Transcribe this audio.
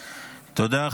תודה.